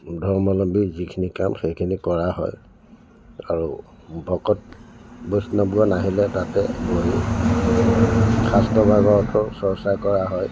ধৰ্মালম্বী যিখিনি কাম সেইখিনি কৰা হয় আৰু ভকত বৈষ্ণৱগণ আহিলে তাতে বহি শাস্ত্ৰ ভাগৱতৰ চৰ্চা কৰা হয়